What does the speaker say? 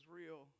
real